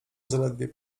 zaledwie